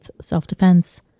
self-defense